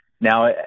Now